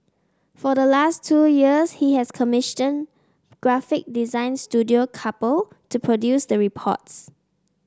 for the last two years he has commission graphic design Studio Couple to produce the reports